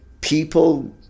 people